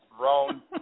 Roan